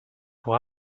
pour